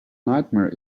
nightmare